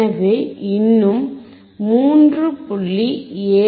எனவே இன்னும் 3